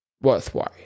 worthwhile